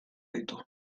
ditu